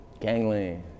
Gangland